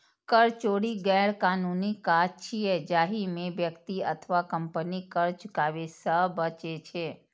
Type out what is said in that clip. कर चोरी गैरकानूनी काज छियै, जाहि मे व्यक्ति अथवा कंपनी कर चुकाबै सं बचै छै